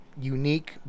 unique